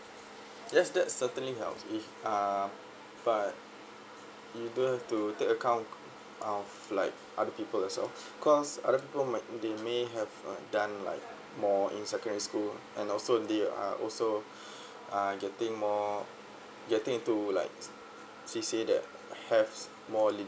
yes that's certainly help if uh but you don't have to take account of like other people also cause other people might they may have uh done like more in secondary school and also they are also are getting more getting to like CCA that have more